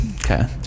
Okay